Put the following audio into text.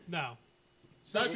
no